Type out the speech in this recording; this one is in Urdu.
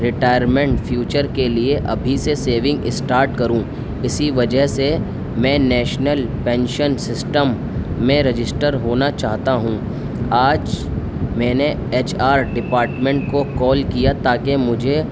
ریٹائرمنٹ فیوچر کے لیے ابھی سے سیونگ اسٹارٹ کروں اسی وجہ سے میں نیشنل پینشن سسٹم میں رجسٹر ہونا چاہتا ہوں آج میں نے ایچ آر ڈپارٹمنٹ کو کال کیا تاکہ مجھے